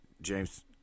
James